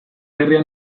herrian